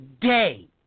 day